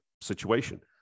situation